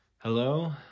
Hello